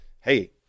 hey